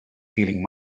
feeling